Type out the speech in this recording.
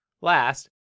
Last